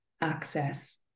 access